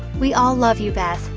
we all love you, beth.